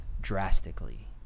drastically